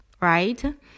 right